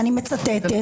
ואני מצטטת,